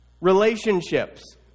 Relationships